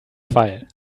fall